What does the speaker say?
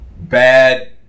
bad